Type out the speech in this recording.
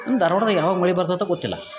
ಧಾರ್ವಾಡ್ದಾಗ ಯಾವಾಗ ಮಳೆ ಬರ್ತೈತೋ ಗೊತ್ತಿಲ್ಲ